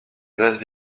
graisse